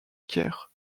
caire